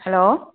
hello